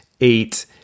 eight